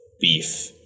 beef